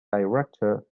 director